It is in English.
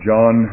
John